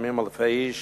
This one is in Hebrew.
לפעמים אלפי איש